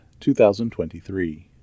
2023